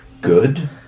good